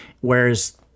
Whereas